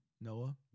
Noah